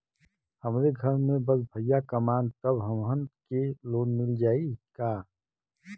हमरे घर में बस भईया कमान तब हमहन के लोन मिल जाई का?